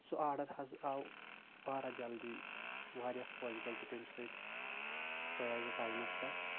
سُہ آرڈر حظ آو واریاہ جلدی واریاہ خۄش گووس بہٕ تمہِ سۭتۍ تُہۍ آیوٕ ٹایمس پٮ۪ٹھ